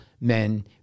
men